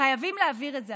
חייבים להעביר את זה.